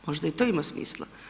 Možda i to ima smisla.